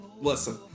Listen